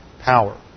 power